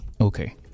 Okay